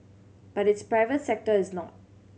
but its private sector is not